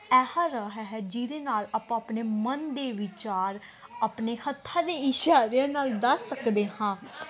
ਇਹ ਰਾਹ ਹੈ ਜਿਹਦੇ ਨਾਲ ਆਪਾਂ ਆਪਣੇ ਮਨ ਦੇ ਵਿਚਾਰ ਆਪਣੇ ਹੱਥਾਂ ਦੇ ਇਸ਼ਾਰਿਆਂ ਨਾਲ ਦੱਸ ਸਕਦੇ ਹਾਂ